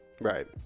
right